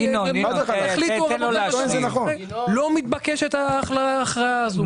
לא מתבקשת ההכרעה הזאת.